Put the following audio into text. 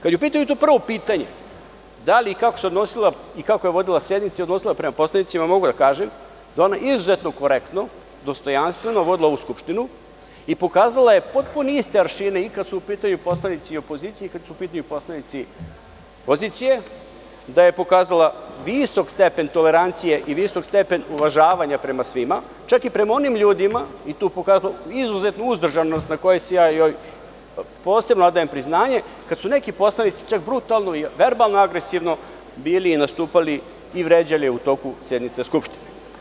Kada je u pitanju to prvo pitanje, da li i kako se odnosila i kako je vodila sednice i odnosila prema poslanicima, mogu da kažem da je ona izuzetno korektno, dostojanstveno vodila ovu Skupštinu i pokazala je potpuno iste aršine i kada su u pitanju poslanici opozicije i kada su u pitanju poslanici pozicije, da je pokazala visok stepen tolerancije i visok stepen uvažavanja prema svima, čak i prema onim ljudima i tu pokazala izuzetnu uzdržanost na kojoj joj ja posebno odajem priznanje, kada su neki poslanici čak brutalno i verbalno agresivno bili nastupali i vređali je u toku sednica Skupštine.